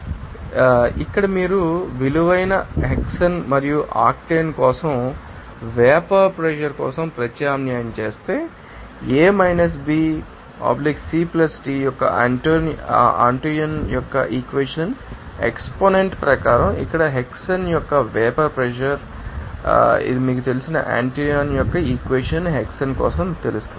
కాబట్టి ఇక్కడ మీరు ఈ విలువను హెక్సేన్ మరియు ఆక్టేన్ కోసం వేపర్ ప్రెషర్ కోసం ప్రత్యామ్నాయం చేస్తే A B C T యొక్క ఆంటోయిన్ యొక్క ఈక్వేషన్ ఎక్సపోనెంట్ ప్రకారం ఇక్కడ హెక్సేన్ యొక్క వేపర్ ప్రెషర్ ఏమిటి ఇది మీకు తెలిసిన ఆంటోనియో యొక్క ఈక్వెషన్ హెక్సేన్ కోసం మీకు తెలుసు